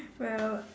well